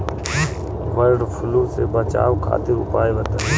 वड फ्लू से बचाव खातिर उपाय बताई?